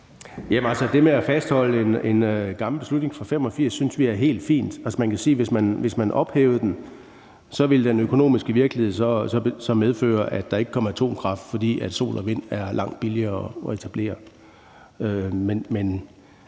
Det med at fastholde en gammel beslutning fra 1985 synes vi er helt fint. Man kan sige, at hvis man ophævede den, ville den økonomiske virkelighed medføre, at der ikke kom atomkraft, fordi sol- og vindanlæg er langt billigere at etablere.